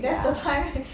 ya